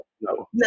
no